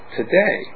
today